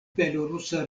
belorusa